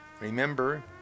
Remember